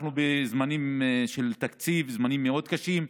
אנחנו בזמנים של תקציב, זמנים מאוד קשים.